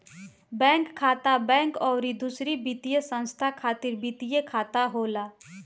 bank खाता, bank अउरी दूसर वित्तीय संस्था खातिर वित्तीय खाता होला